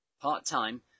part-time